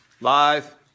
live